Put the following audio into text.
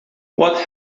what